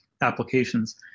applications